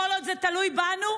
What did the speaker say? כל עוד זה תלוי בנו,